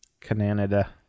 Canada